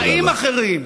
חיים אחרים.